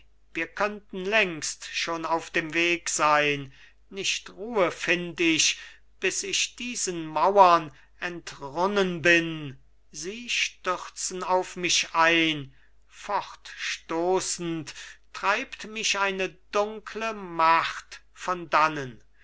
wir könnten längst schon auf dem weg sein nicht ruhe find ich bis ich diesen mauren entrunnen bin sie stürzen auf mich ein fortstoßend treibt mich eine dunkle macht von dannen